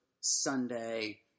Sunday –